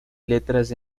letras